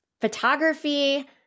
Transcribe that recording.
photography